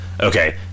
okay